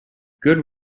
good